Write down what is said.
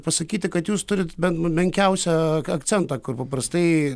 pasakyti kad jūs turit bent menkiausią akcentą kur paprastai